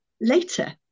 Later